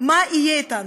מה יהיה אתנו?